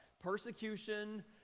persecution